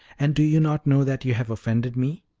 and do you not know that you have offended me?